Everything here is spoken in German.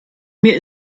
mir